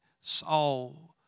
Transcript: Saul